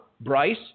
Bryce